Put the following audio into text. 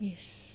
yes